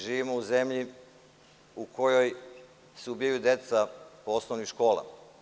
Živimo u zemlji u kojoj se ubijaju deca po osnovnim školama.